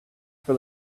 for